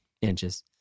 inches